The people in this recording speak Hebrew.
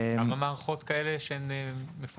כמה מערכות כאלה יש בישראל?